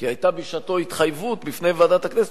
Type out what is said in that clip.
כי היתה בשעתו התחייבות בפני ועדת הכנסת